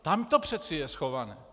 Tam to přece je schované.